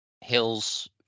hills